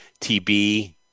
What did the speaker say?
TB